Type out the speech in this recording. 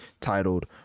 titled